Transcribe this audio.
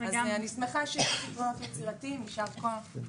יישר כוח.